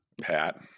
pat